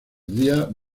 días